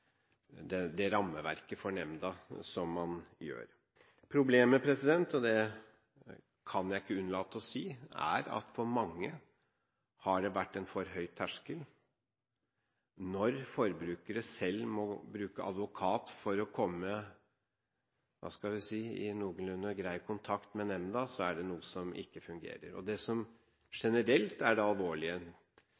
grunn det rammeverket for nemnden, som man gjør. Problemet er at – og det kan jeg ikke unnlate å si – det har vært en for høy terskel for mange. Når forbrukerne selv må bruke advokat for å komme i noenlunde grei kontakt med nemnden, er det noe som ikke fungerer. Det som